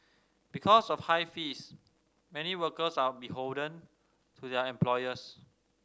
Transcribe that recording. because of high fees many workers are beholden to their employers